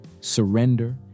surrender